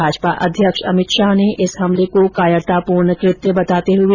भाजपा अध्यक्ष अमित शाह ने इस हमले को कायरतापूर्ण कृत्य बतायाहै